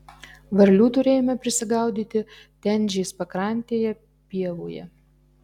varlių turėjome prisigaudyti tenžės pakrantėje pievoje